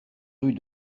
rue